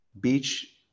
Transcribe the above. beach